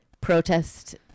protest